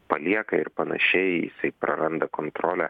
palieka ir panašiais jisai praranda kontrolę